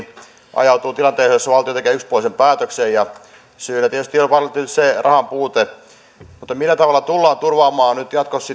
ajautuu tilanteeseen jossa valtio tekee yksipuolisen päätöksen syynä tietysti on valtiolla rahan puute mutta millä tavalla tullaan turvaamaan nyt myöskin jatkossa